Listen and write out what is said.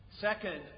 Second